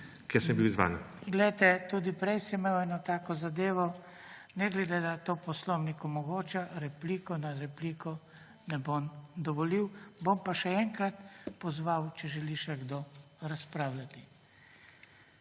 BRANKO SIMONOVIČ: Glejte, tudi prej ste imeli eno tako zadevo, ne glede, da to Poslovnik omogoča, repliko na repliko ne bom dovolil. Bom pa še enkrat pozval, če želi še kdo razpravljati.